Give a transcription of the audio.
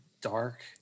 dark